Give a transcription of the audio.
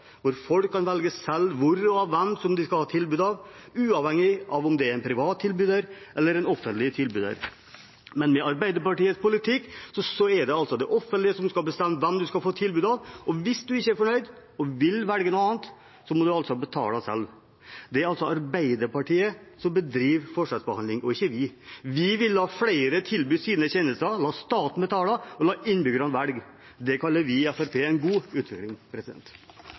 hvor og av hvem de skal ha tilbud, uavhengig av om det er en privat tilbyder eller en offentlig tilbyder. Men med Arbeiderpartiets politikk er det det offentlige som skal bestemme hvem man skal få tilbud av. Hvis man ikke er fornøyd og vil velge noe annet, må man altså betale selv. Det er altså Arbeiderpartiet som bedriver forskjellsbehandling, ikke vi. Vi vil at flere tilbyr sine tjenester, og at staten betaler og lar innbyggerne velge. Det kaller vi i Fremskrittspartiet god